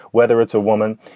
whether it's a woman.